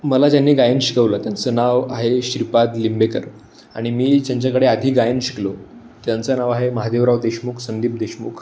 मला ज्यांनी गायन शिकवलं त्यांचं नाव आहे श्रीपाद लिंबेकर आणि मी ज्यांच्याकडे आधी गायन शिकलो त्यांचं नाव आहे महादेवराव देशमुख संदीप देशमुख